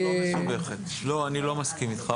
לא, אני לא מסכים איתך.